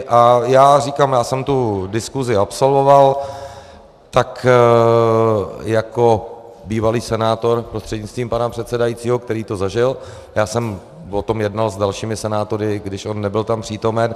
A já říkám, já jsem tu diskusi absolvoval tak jako bývalý senátor prostřednictvím pana předsedajícího, který to zažil, já jsem o tom jednal s dalšími senátory, když on nebyl tam přítomen.